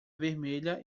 vermelha